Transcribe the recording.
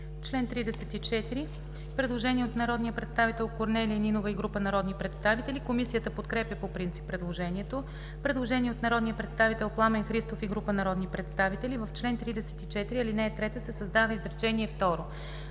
чл. 34 има предложение от народния представител Корнелия Нинова и група народни представители. Комисията подкрепя по принцип предложението. Предложение от народния представител Пламен Христов и група народни представители: „В чл. 34, ал. 3 се създава изречение второ: